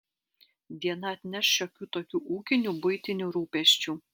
diena atneš šiokių tokių ūkinių buitinių rūpesčių